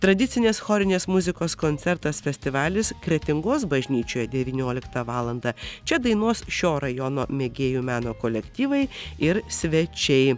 tradicinės chorinės muzikos koncertas festivalis kretingos bažnyčioje devynioliktą valandą čia dainuos šio rajono mėgėjų meno kolektyvai ir svečiai